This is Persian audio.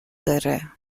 داره